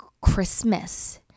Christmas